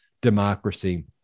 democracy